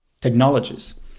technologies